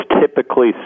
typically